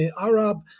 Arab